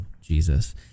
Jesus